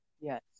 Yes